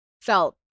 felt